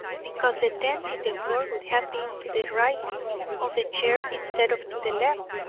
because the dent in the floor would have been to the right of the chair instead of to the left,